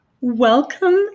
welcome